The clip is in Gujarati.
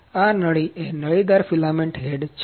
આ નળી એ નળીદાર ફિલામેન્ટ હેડ છે